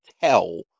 tell